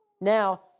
Now